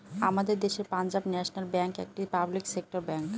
আমাদের দেশের Punjab national bank একটি পাবলিক সেক্টর ব্যাঙ্ক